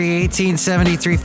1873